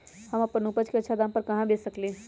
हम अपन उपज अच्छा दाम पर कहाँ बेच सकीले ह?